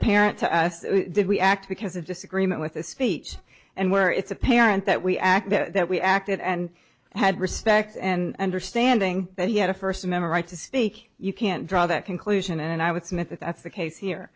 apparent to us did we act because of disagreement with the speech and where it's apparent that we act that we acted and had respect and understanding that he had a first member right to speak you can't draw that conclusion and i would submit that that's the case here